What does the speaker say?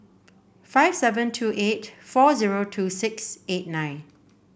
five seven two eight four zero two six eight nine